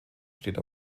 steht